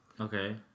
Okay